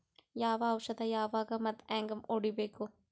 ಯಾವ ಔಷದ ಯಾವಾಗ ಮತ್ ಹ್ಯಾಂಗ್ ಹೊಡಿಬೇಕು?